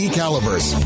calibers